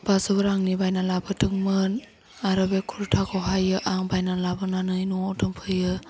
बाजौ रांनि बायना लाबोदोंमोन आरो बे कुर्ताखौहाय आं बायना लाबोनानै न'आव दोनफैयो